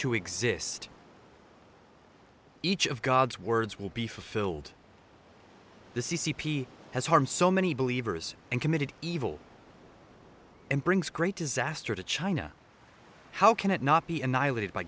to exist each of god's words will be fulfilled the c c p has harmed so many believers and committed evil and brings great disaster to china how can it not be annihilated by